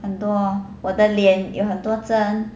很多我的脸有很多针